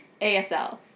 ASL